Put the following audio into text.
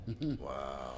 wow